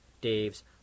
Dave's